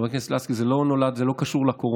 חברת הכנסת לסקי, זה לא קשור לקורונה,